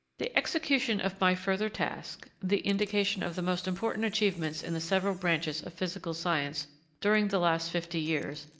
the execution of my further task, the indication of the most important achievements in the several branches of physical science during the last fifty years,